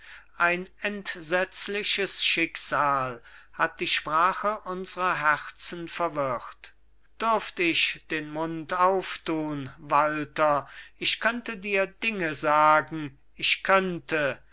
geschieden ein entsetzliches schicksal hat die sprache unsrer herzen verwirrt dürft ich den mund aufthun walter ich könnte dir dinge sagen ich könnte aber